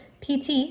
PT